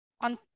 on